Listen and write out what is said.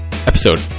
episode